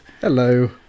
Hello